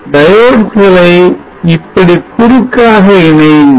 diodes களை இப்படி குறுக்காக இணையுங்கள்